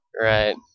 Right